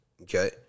Okay